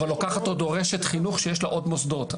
אבל לוקחת אותו רשת חינוך שיש לה עוד מוסדות.